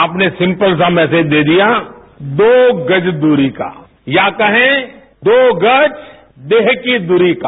आपने सिम्पल सा मैसेज दे दिया दो गज दूरी का या कहे कि दो गज देह की दूरी का